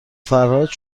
فرهاد